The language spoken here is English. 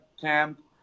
camp